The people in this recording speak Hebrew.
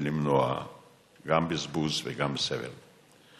ולמנוע גם בזבוז וגם סבל.